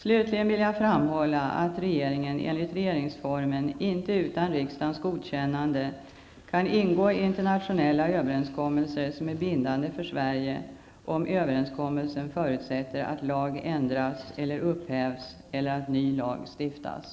Slutligen vill jag framhålla att regeringen enligt regeringsformen inte utan riksdagens godkännande kan ingå internationella överenskommelser som är bindande för Sverige, om överenskommelsen förutsätter att lag ändras eller upphävs eller att ny lag stiftas.